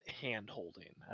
hand-holding